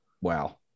wow